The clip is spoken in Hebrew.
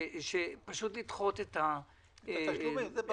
שיש פשוט לדחות המועד.